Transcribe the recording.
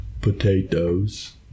potatoes